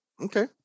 Okay